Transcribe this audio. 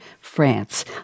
France